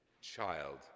child